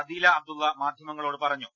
അദീല അബ്ദുള്ള മാധ്യമങ്ങളോട് പറഞ്ഞു